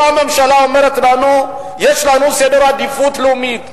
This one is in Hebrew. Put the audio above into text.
באה הממשלה ואומרת לנו: יש לנו סדר עדיפויות לאומי.